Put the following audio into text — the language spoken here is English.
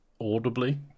audibly